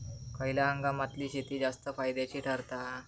खयल्या हंगामातली शेती जास्त फायद्याची ठरता?